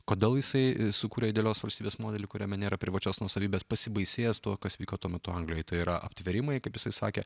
kodėl jisai sukūrė idealios valstybės modelį kuriame nėra privačios nuosavybės pasibaisėjęs tuo kas vyko tuo metu anglijoj tai yra aptvėrimai kaip jisai sakė